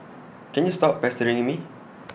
can you stop pestering me